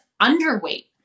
underweight